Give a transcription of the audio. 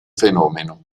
fenomeno